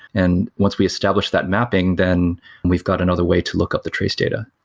and once we establish that mapping, then we've got another way to look up the trace data